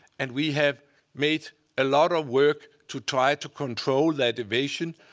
and we have made a lot of work to try to control that invasion,